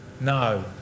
No